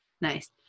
nice